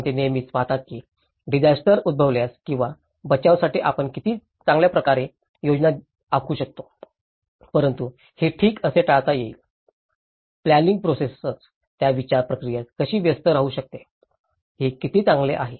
कारण ते नेहमीच पाहतात की डिजास्टर उद्भवल्यास किंवा बचावासाठी आपण किती चांगल्याप्रकारे योजना आखू शकतो परंतु हे ठीक कसे टाळता येईल प्लॅनिंइंग प्रोसेसच त्या विचार प्रक्रियेत कशी व्यस्त राहू शकते हे किती चांगले आहे